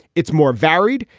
it's more varied.